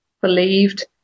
believed